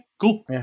cool